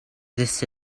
this